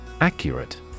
Accurate